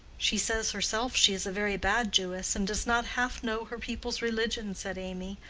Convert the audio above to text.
she says herself she is a very bad jewess, and does not half know her people's religion, said amy,